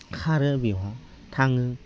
खारो बेवहाय थाङो